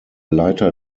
leiter